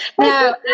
No